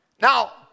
Now